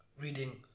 reading